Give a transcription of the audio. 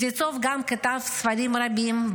קוזנצוב גם כתב ספרים רבים,